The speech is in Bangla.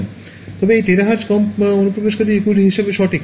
ছাত্র ছাত্রী তবে এই টেরাহার্জ কম অনুপ্রবেশকারী ইক্যুইটি হিসাবে সঠিক